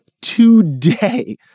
today